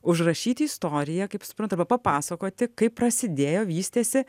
užrašyti istoriją kaip suprantu arba papasakoti kaip prasidėjo vystėsi